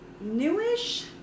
newish